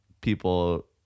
people